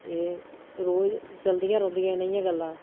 रोज चलदियां रौह्ंदिया नेहियां गल्लां